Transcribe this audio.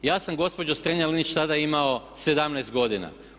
Ja sam gospođo Strenja-Linić tada imao 17 godina.